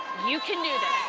you can do this.